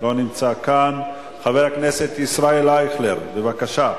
לא נמצא כאן, חבר הכנסת ישראל אייכלר, בבקשה.